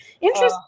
interesting